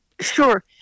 Sure